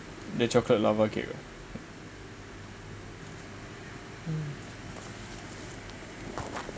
the chocolate lava cake